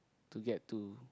to get to